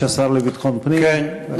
אהרונוביץ, השר לביטחון פנים, בבקשה.